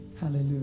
Hallelujah